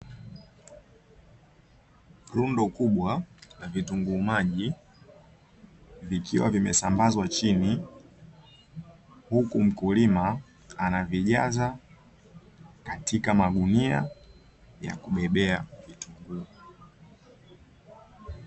Rundo kubwa la vitunguu maji vikiwa vimesambazwa chini, huku mkulima anavijaza katika magunia ya kubebea vitunguu.